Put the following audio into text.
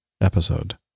episode